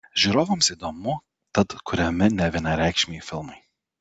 žiūrovams įdomu tad kuriami nevienareikšmiai filmai